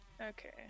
okay